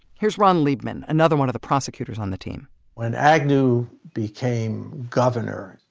here's ron liebman, another one of the prosecutors on the team when agnew became governor,